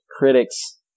critics